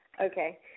Okay